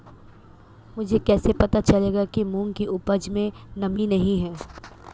मुझे कैसे पता चलेगा कि मूंग की उपज में नमी नहीं है?